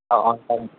अ अ जागोन